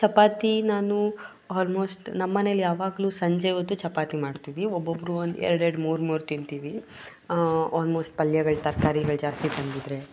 ಚಪಾತಿ ನಾನು ಆಲ್ಮೋಸ್ಟ್ ನಮ್ಮ ಮನೇಲಿ ಯಾವಾಗಲೂ ಸಂಜೆ ಹೊತ್ತು ಚಪಾತಿ ಮಾಡ್ತೀವಿ ಒಬ್ಬೊಬ್ಬರು ಒಂದು ಎರಡೆರಡು ಮೂರುಮೂರು ತಿಂತೀವಿ ಆಲ್ಮೋಸ್ಟ್ ಪಲ್ಯಗಳು ತರ್ಕಾರಿಗಳು ಜಾಸ್ತಿ ತಂದಿದ್ದರೆ